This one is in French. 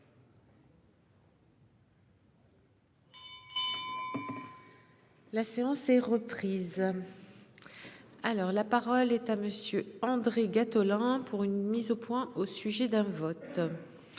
La séance est reprise. Alors la parole est à monsieur André Gattolin pour une mise au point, au sujet d'un vote.